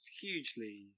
hugely